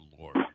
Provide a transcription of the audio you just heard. Lord